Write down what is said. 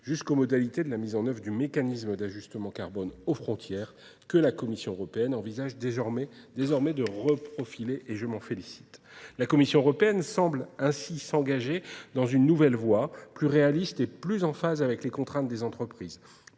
jusqu'aux modalités de la mise en œuvre du mécanisme d'ajustement carbone aux frontières, que la Commission européenne envisage désormais de reprofiler, et je m'en félicite. La Commission européenne semble ainsi s'engager dans une nouvelle voie, plus réaliste et plus en phase avec les contraintes des entreprises.